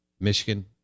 Michigan